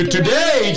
Today